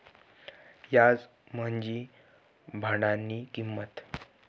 याज म्हंजी भाडानी किंमत